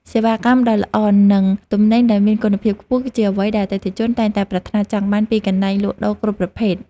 សេវាកម្មដ៏ល្អនិងទំនិញដែលមានគុណភាពខ្ពស់គឺជាអ្វីដែលអតិថិជនតែងតែប្រាថ្នាចង់បានពីកន្លែងលក់ដូរគ្រប់ប្រភេទ។